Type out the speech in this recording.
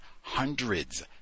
hundreds